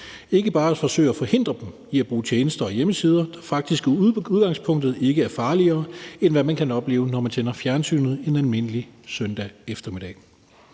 ikke bare forsøge at forhindre dem i at bruge tjenester og hjemmesider, der faktisk i udgangspunktet ikke er farligere, end hvad man kan opleve, når man tænder fjernsynet en almindelig søndag eftermiddag.